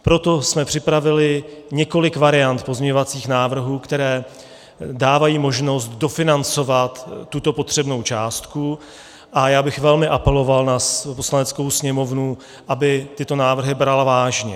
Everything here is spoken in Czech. Proto jsme připravili několik variant pozměňovacích návrhů, které dávají možnost dofinancovat tuto potřebnou částku, a já bych velmi apeloval na Poslaneckou sněmovnu, aby tyto návrhy brala vážně.